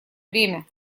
время